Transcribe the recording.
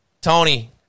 Tony